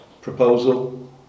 proposal